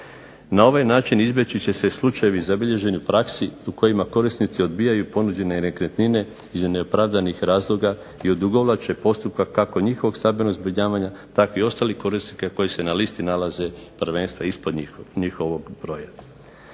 Na ovaj način izbjeći će se slučajevi zabilježeni u praksi u kojima korisnici odbijaju ponuđene nekretnine iz neopravdanih razloga i odugovlače postupak kako njihovog stambenog zbrinjavanja, tako i ostalih korisnika koji se na listi nalaze prvenstveno ispod njihovog broja.